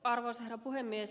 arvoisa herra puhemies